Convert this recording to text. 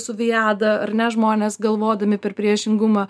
su viada ar ne žmonės galvodami per priešingumą